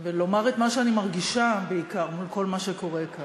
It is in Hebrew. ולומר את מה שאני מרגישה בעיקר מול כל מה שקורה כאן.